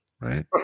right